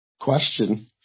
Question